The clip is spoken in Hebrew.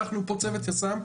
לקחנו פה צוות יס"מ,